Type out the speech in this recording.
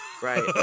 Right